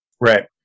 right